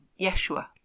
Yeshua